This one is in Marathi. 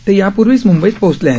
ते यापूर्वीच मुंबईत पोहोचले आहेत